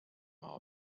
our